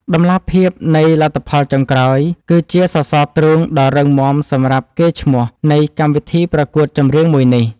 តម្លាភាពនៃលទ្ធផលចុងក្រោយគឺជាសរសរទ្រូងដ៏រឹងមាំសម្រាប់កេរ្តិ៍ឈ្មោះនៃកម្មវិធីប្រកួតចម្រៀងមួយនេះ។